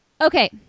Okay